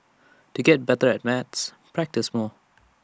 to get better at maths practise more